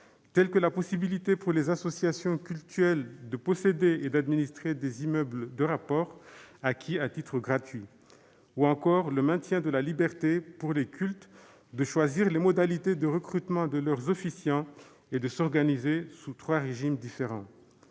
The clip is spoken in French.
telles que la possibilité pour les associations cultuelles de posséder et d'administrer des immeubles de rapport acquis à titre gratuit ou encore le maintien de la liberté, pour les cultes, de choisir les modalités de recrutement de leurs officiants et de s'organiser sous trois régimes différents.